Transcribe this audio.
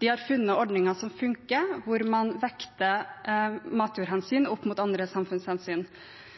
De har funnet ordninger som funker, hvor man vekter matjorda si opp mot andre samfunnshensyn.